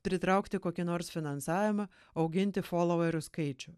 pritraukti kokį nors finansavimą auginti foloverių skaičių